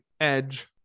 edge